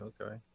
Okay